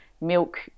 milk